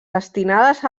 destinades